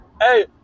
Hey